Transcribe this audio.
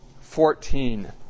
fourteen